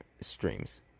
streams